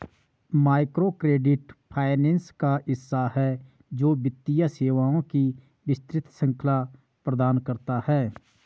microcredit finance का हिस्सा है, जो वित्तीय सेवाओं की विस्तृत श्रृंखला प्रदान करता है